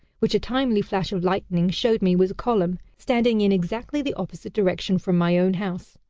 which a timely flash of lightning showed me was a column, standing in exactly the opposite direction from my own house.